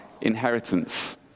inheritance